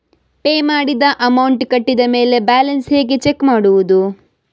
Pay ಮಾಡಿದ amount ಕಟ್ಟಿದ ಮೇಲೆ ಬ್ಯಾಲೆನ್ಸ್ ಹೇಗೆ ಚೆಕ್ ಮಾಡುವುದು?